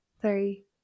three